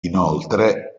inoltre